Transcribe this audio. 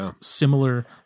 similar